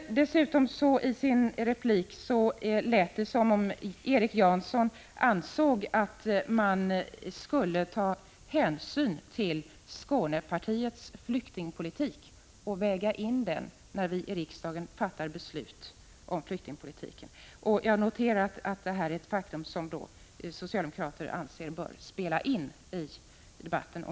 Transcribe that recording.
Det lät som om Erik Janson i sin replik ansåg att riksdagen skulle ta hänsyn till Skånepartiets flyktingpolitik och väga in den när vi här fattar beslut om flyktingpolitiken. Jag noterar att det är ett faktum som socialdemokrater anser bör tas med i debatten.